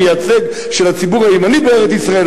המייצג של הציבור הימני בארץ-ישראל,